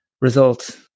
results